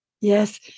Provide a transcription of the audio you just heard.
Yes